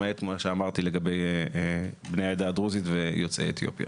למעט מה אמרתי לגבי בני העדה הדרוזית ויוצאי אתיופיה.